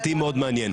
אותי מאוד מעניין,